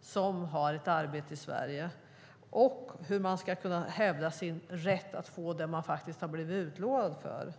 som har ett arbete i Sverige när det gäller att kunna hävda rätten att få det man faktiskt blivit lovad.